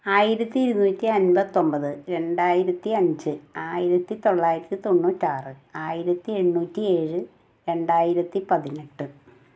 ആയിരത്തി ഇരുന്നൂറ്റി അൻപത്തൊമ്പത് രണ്ടായിരത്തി അഞ്ച് ആയിരത്തി തൊള്ളായിരത്തി തൊണ്ണൂറ്റാറ് ആയിരത്തി എണ്ണൂറ്റി ഏഴ് രണ്ടായിരത്തിപ്പതിനെട്ട്